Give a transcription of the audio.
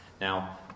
now